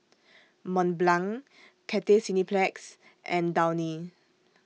Mont Blanc Cathay Cineplex and Downy